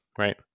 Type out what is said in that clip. Right